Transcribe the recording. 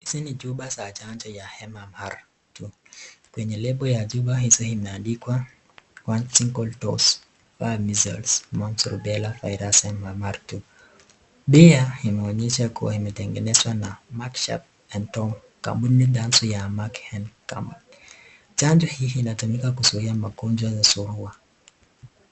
Hizi ni chupa za chanjo ya M-M-R II. Kwenye lebo ya chupa hizi imeandikwa one single dose vial (Measles, Mumps and Rubella Virus M-M-R II. Pia imeonyesha kua imetengenezwa na Merck Sharp and Dohme, kampuni chanzu ya Merck and Co. Chanjo hii inatumia kuzuia magonjwa ya Surua.